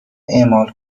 اعمال